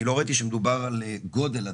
אני לא ראיתי שמדובר על גודל הדירה,